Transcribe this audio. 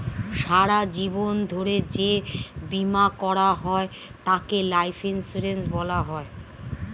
সারা জীবন ধরে যে বীমা করা হয় তাকে লাইফ ইন্স্যুরেন্স বলা হয়